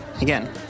again